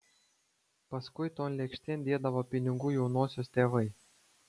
paskui ton lėkštėn dėdavo pinigų jaunosios tėvai